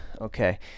Okay